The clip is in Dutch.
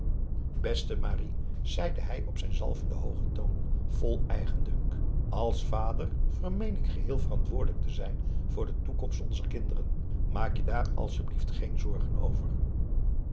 beste marie zeide hij op zijn zalvenden hoogen toon vol eigendunk als vader vermeen ik geheel verantwoordelijk te zijn voor de toekomst onzer kinderen maak je daar asjeblieft geen zorgen over